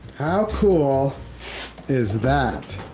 how cool is that?